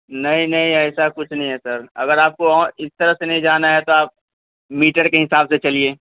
نہیں نہیں ایسا کچھ نہیں ہے سر اگر آپ کو اور اس طرح سے نہیں جانا ہے تو آپ میٹر کے حساب سے چلیے